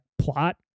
plot